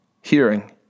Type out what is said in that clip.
Hearing